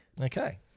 Okay